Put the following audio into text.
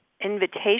invitation